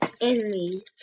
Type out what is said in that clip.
enemies